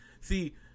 See